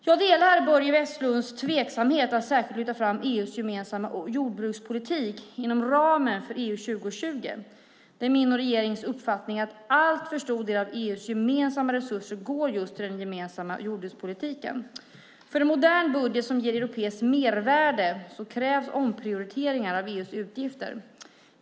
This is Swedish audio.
Jag delar Börje Vestlunds tveksamhet att särskilt lyfta fram EU:s gemensamma jordbrukspolitik inom ramen för EU 2020. Det är min och regeringens uppfattning att en alltför stor del av EU:s gemensamma resurser går till just den gemensamma jordbrukspolitiken. För en modern budget som ger europeiskt mervärde krävs omprioriteringar av EU:s utgifter.